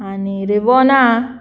आनी रिवणा